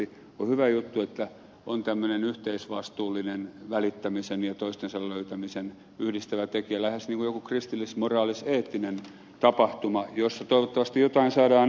on hyvä juttu että on tämmöinen yhteisvastuullinen välittämisen ja toistensa löytämisen ja yhdistämisen tekijä lähes niin kuin joku kristillis moraalis eettinen tapahtuma jossa toivottavasti jotain saadaan aikaan